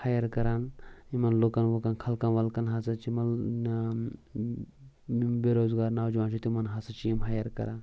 hire کَران یِمَن لوٗکَن ووٗکَن خلقن وَلقَن ہَسا چھِ یِمن بیروزگار نَوجَوان چھِ تِمَن ہَسا چھِ یِم ہایِٔر کَران